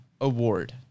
Award